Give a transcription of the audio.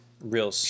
real